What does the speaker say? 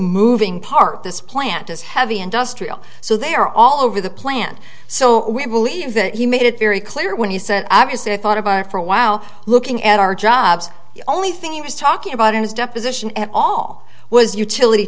moving part this plant is heavy industrial so they are all over the plant so we believe that he made it very clear when he said obviously i thought of our for a while looking at our jobs the only thing he was talking about in his deposition at all was utility